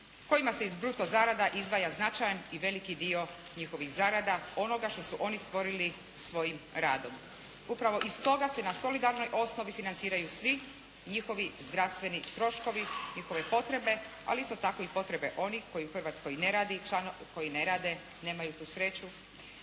kojima se iz bruto zarada izdvaja značajan i veliki dio njihovih zarada onoga što su oni stvorili svojim radom. Upravo iz toga se na solidarnoj osnovi financiraju svi njihovi zdravstveni troškovi, njihove potrebe ali isto tako i potrebe onih koji u Hrvatskoj ne rade, nemaju tu sreću,